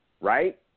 right